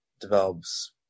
develops